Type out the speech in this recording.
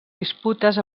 disputes